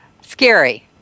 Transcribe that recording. Scary